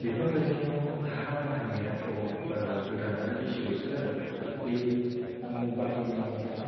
बिफां गायनायाव हा बाहायनायाथ' गोरान आरो गिसिल'सो जागोन बा बे आं बाहायनाय हाया